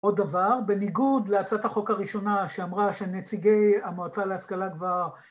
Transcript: עוד דבר, בניגוד להצעת החוק הראשונה שאמרה שנציגי המועצה להשכלה גבוהה